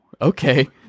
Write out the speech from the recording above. okay